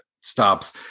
stops